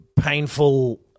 painful